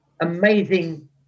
amazing